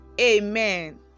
amen